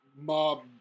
mob